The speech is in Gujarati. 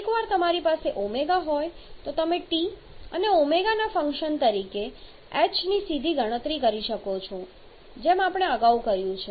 એકવાર તમારી પાસે ω હોય તો તમે T અને ω ના ફંક્શન તરીકે h ની સીધી ગણતરી કરી શકો છો જેમ આપણે અગાઉ કર્યું છે